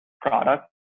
product